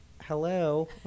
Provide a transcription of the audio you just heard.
hello